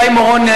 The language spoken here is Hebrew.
חיים אורון,